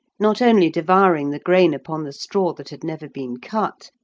not only devouring the grain upon the straw that had never been cut,